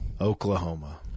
Oklahoma